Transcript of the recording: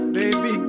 baby